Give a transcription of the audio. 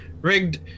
rigged